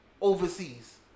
overseas